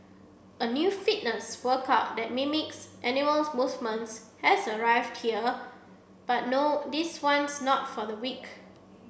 a new fitness workout that mimics animal movements has arrived here but no this one's not for the weak